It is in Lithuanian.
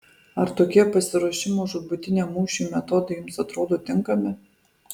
ar tokie pasiruošimo žūtbūtiniam mūšiui metodai jums atrodo tinkami